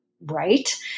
right